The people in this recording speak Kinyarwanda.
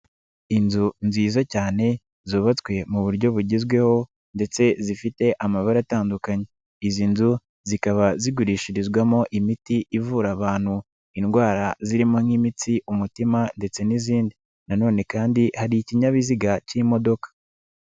Inzu nziza cyane zubatswe mu buryo bugezweho ndetse zifite amabara atandukanye, izi nzu zikaba zigurishirizwamo imiti ivura abantu indwara zirimo nk'imitsi, umutima ndetse n'izindi nanone kandi hari ikinyabiziga k'imodoka.